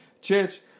church